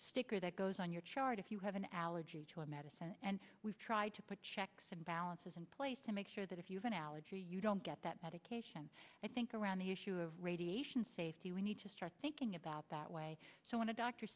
sticker that goes on your chart if you have an allergy to a medicine and we've tried to put checks and balances in place to make sure that if you've analogy you don't get that medication i think around the issue of radiation safety we need to start thinking about that way so when a doctor